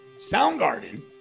Soundgarden